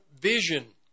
vision